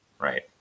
right